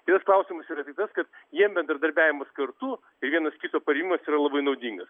kitas klausimas yra tas kad jiem bendradarbiavimas kartu vienas kito parėmimas yra labai naudingas